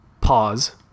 Pause